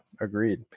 agreed